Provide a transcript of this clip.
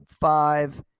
five